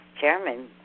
Chairman